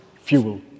fuel